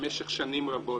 במשך שנים רבות,